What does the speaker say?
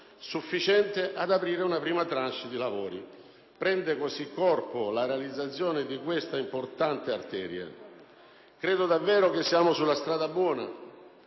sufficiente ad aprire una prima *tranche* di lavori. Prende così corpo la realizzazione di questa importante arteria. Credo davvero che siamo sulla strada buona